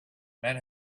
men